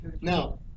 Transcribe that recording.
Now